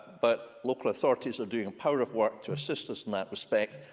but local authorities are doing a power of work to assist us in that respect.